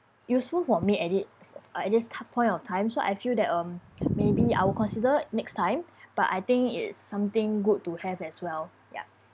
useful for me at it uh at this point of time so I feel that um maybe I will consider next time but I think it's something good to have as well ya